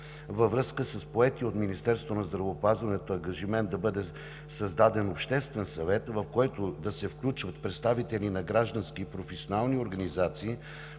Във връзка с поетия от Министерството на здравеопазването ангажимент да бъде създаден Обществен съвет, в който да се включат представители на граждански и професионални организации,